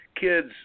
kids